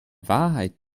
wahrheit